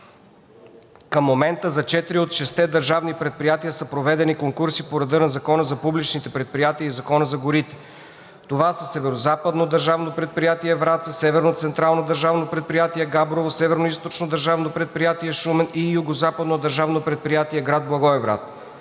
Към момента за четири от шестте държавни предприятия са проведени конкурси по реда на Закона за публичните предприятия и Закона за горите. Това са Северозападно държавно предприятие – град Враца, Северно централно държавно предприятие – град Габрово, Североизточно държавно предприятие – град Шумен, и Югозападно държавно предприятие – град Благоевград.